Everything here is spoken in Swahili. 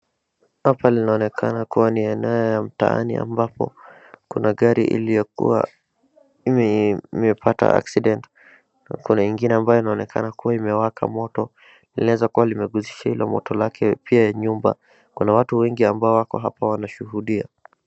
Picha inaonekana kuwa ni eneo la mtaani ambapo kuna gari iliyokuwa imepata accident na kuna ingine ambayo inaonekana kuwa imewaka moto na inaweza kuwa imeguzisha ile moto lake pia nyumba kuna watu wengi ambao wako hapo wanashuhudia